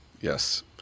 Yes